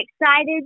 excited